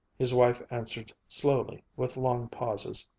his wife answered slowly, with long pauses.